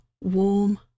warm